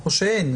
או שאין.